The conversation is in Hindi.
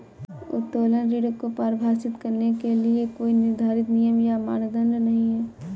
उत्तोलन ऋण को परिभाषित करने के लिए कोई निर्धारित नियम या मानदंड नहीं है